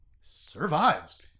survives